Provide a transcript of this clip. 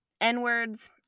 N-words